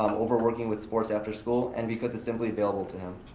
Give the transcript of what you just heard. um overworking with sports after school, and because it's simply available to him.